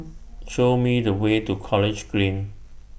Show Me The Way to College Green